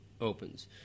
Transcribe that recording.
opens